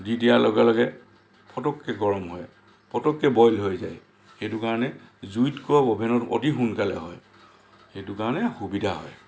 দি দিয়া লগে লগে ফটককৈ গৰম হয় ফটককৈ বইল হৈ যায় সেইটোকাৰণে জুইতকৈ অভেনত অতি সোনকালে হয় সেইটো কাৰণে সুবিধা হয়